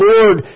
Lord